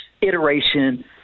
iteration